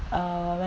uh when